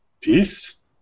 Peace